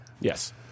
Yes